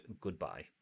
goodbye